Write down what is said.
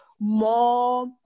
more